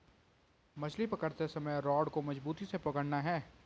मछली पकड़ते समय रॉड को मजबूती से पकड़ना है